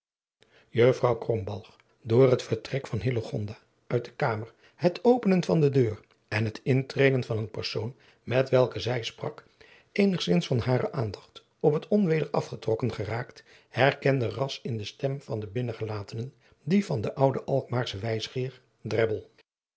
krombalg door het vertrek van hillegonda uit de kamer het openen van de deur en het intreden van een persoon met welken zij sprak eenigzins van hare aandacht op het onweder afgetrokken geraakt herkende ras in de stem van den binnengelatenen die van den ouden